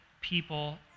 people